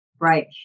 right